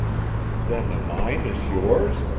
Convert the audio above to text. then the mine is yours?